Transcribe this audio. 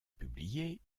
publié